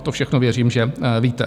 To všechno věřím, že víte.